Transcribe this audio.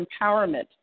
empowerment